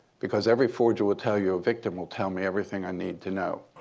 because every forger will tell you a victim will tell me everything i need to know.